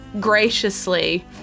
graciously